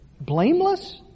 blameless